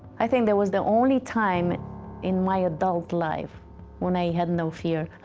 i think that was the only time in my adult life when i had no fear,